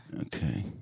Okay